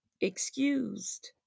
excused